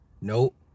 nope